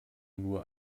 nur